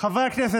חבריי חברי הכנסת,